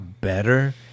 better